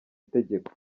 itegeko